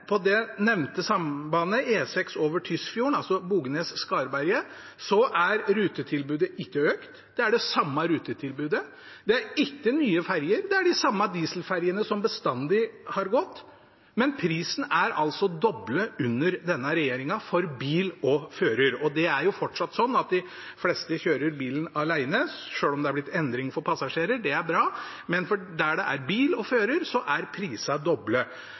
På det nevnte sambandet – E6 over Tysfjorden, Bognes–Skarberget – er ikke rutetilbudet økt, det er det samme rutetilbudet. Det er ikke nye ferjer, det er de samme dieselferjene som bestandig har gått. Men prisen er altså doblet under denne regjeringen for bil og fører, og det er fortsatt sånn at de fleste kjører bilen alene, selv om det har blitt prisendring for passasjerer. Det er bra, men der det er bil og fører, er prisene doblet.